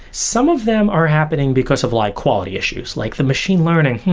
some of them are happening, because of like quality issues, like the machine learning.